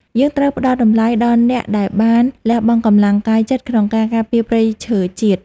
យើងត្រូវផ្តល់តម្លៃដល់អ្នកដែលបានលះបង់កម្លាំងកាយចិត្តក្នុងការការពារព្រៃឈើជាតិ។